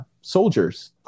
soldiers